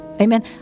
Amen